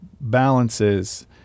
balances